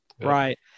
right